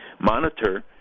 monitor